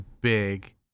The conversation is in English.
big